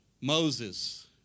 Moses